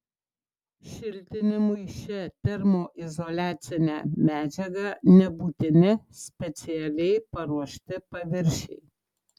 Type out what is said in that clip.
šiltinimui šia termoizoliacine medžiaga nebūtini specialiai paruošti paviršiai